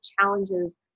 challenges